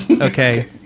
Okay